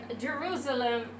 Jerusalem